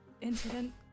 incident